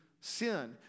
sin